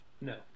No